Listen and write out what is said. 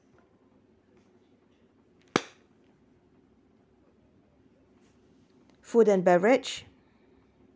food and beverage